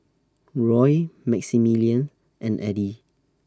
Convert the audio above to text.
Roy Maximillian and Eddie